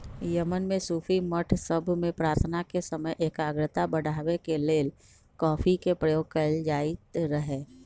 Yemen में सूफी मठ सभ में प्रार्थना के समय एकाग्रता बढ़ाबे के लेल कॉफी के प्रयोग कएल जाइत रहै